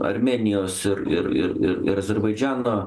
armėnijos ir ir ir ir ir azerbaidžano